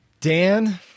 dan